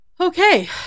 Okay